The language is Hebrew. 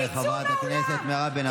תודה רבה לחברת הכנסת מירב בן ארי.